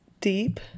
deep